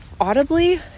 audibly